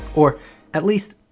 or at least,